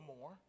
more